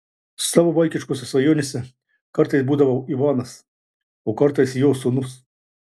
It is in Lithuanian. savo vaikiškose svajonėse kartais būdavau ivanas o kartais jo sūnus